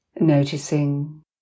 noticing